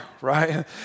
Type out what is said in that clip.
right